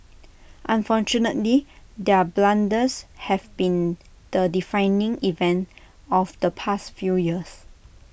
unfortunately their blunders have been the defining event of the past few years